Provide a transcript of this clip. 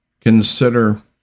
consider